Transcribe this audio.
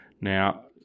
Now